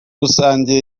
rusange